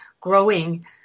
growing